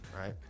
right